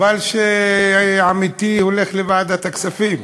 חבל שעמיתי הולך לוועדת הכספים.